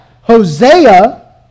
Hosea